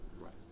Right